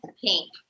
Pink